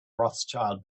rothschild